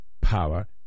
power